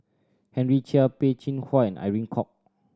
Henry Chia Peh Chin Hua and Irene Khong